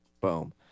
Boom